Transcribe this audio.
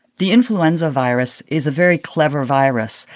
the influenza virus is a very clever virus.